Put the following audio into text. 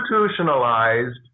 institutionalized